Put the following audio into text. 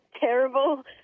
terrible